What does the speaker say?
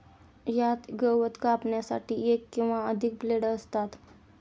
यात गवत कापण्यासाठी एक किंवा अधिक ब्लेड असतात